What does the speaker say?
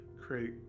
create